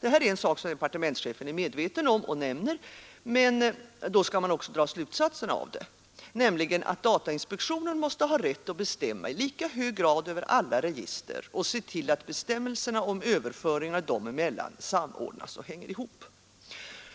Detta är en sak som departementschefen är medveten om och nämner, men då skall man också dra slutsatsen av det, nämligen att datainspektionen måste ha rätt att bestämma i lika hög grad över alla register och se till att bestämmelserna om överföringar dem emellan samordnas och hänger ihop.